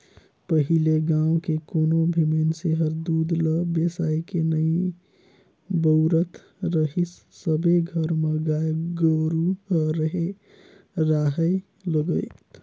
पहिले गाँव के कोनो भी मइनसे हर दूद ल बेसायके नइ बउरत रहीस सबे घर म गाय गोरु ह रेहे राहय लगत